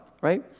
Right